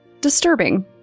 Disturbing